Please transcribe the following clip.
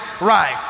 Right